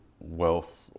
wealth